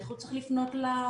איך הוא צריך לפנות להורים.